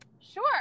Sure